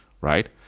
right